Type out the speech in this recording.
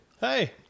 Hey